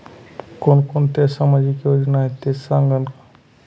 कोणकोणत्या सामाजिक योजना आहेत हे सांगाल का?